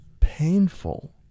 painful